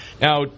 Now